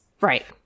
Right